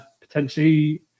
Potentially